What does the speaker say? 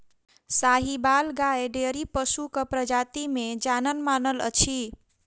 साहिबाल गाय डेयरी पशुक प्रजाति मे जानल मानल अछि